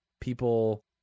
people